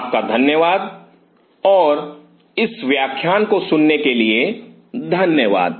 आपका धन्यवाद और इस व्याख्यान को सुनने के लिए धन्यवाद